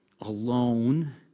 alone